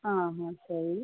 ಹಾಂ ಹಾಂ ಸರಿ